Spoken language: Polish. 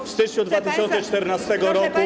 W styczniu 2014 roku.